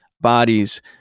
bodies